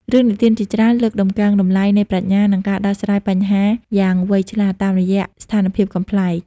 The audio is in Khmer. រឿងនិទានជាច្រើនលើកតម្កើងតម្លៃនៃប្រាជ្ញា និងការដោះស្រាយបញ្ហាយ៉ាងវៃឆ្លាត តាមរយៈស្ថានភាពកំប្លែង។